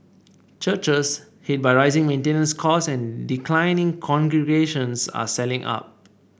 churches hit by rising maintenance costs and declining congregations are selling up